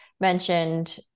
mentioned